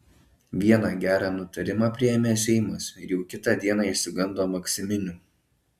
vieną gerą nutarimą priėmė seimas ir jau kitą dieną išsigando maksiminių